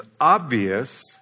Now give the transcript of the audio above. obvious